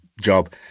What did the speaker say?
job